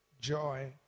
joy